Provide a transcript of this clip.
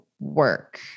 work